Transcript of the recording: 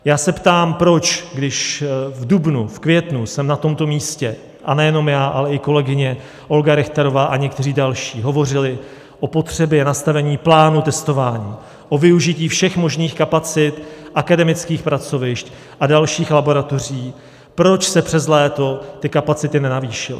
Já se ptám, proč když v dubnu, květnu jsme na tomto místě a nejenom já, ale i kolegyně Olga Richterová a někteří další hovořili o potřebě nastavení plánu testování, o využití všech možných kapacit, akademických pracovišť a dalších laboratoří, proč se přes léto ty kapacity nenavýšily.